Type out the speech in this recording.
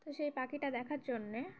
তো সেই পাখিটা দেখার জন্যে